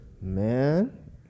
Man